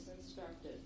instructed